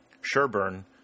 Sherburne